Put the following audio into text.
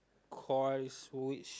coils which